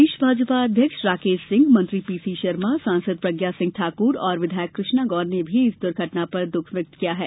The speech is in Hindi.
प्रदेश भाजपा अध्यक्ष राकेश सिंह मंत्री पीसी शर्मा सांसद प्रज्ञा सिंह ठाकुर और विधायक कृष्णा गौर ने भी इस दुर्घटना पर दुख व्यक्त किया है